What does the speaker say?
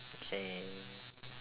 okay